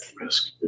Risk